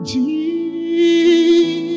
Jesus